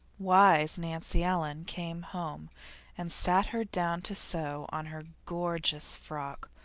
wise nancy ellen came home and sat her down to sew on her gorgeous frock,